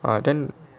ah then